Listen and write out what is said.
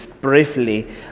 briefly